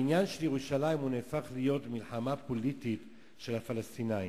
העניין של ירושלים הפך להיות מלחמה פוליטית של הפלסטינים.